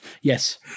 Yes